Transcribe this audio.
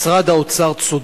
משרד האוצר צודק.